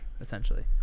essentially